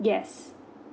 yes